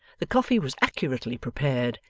the coffee was accurately prepared,